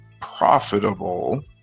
profitable